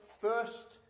first